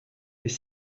les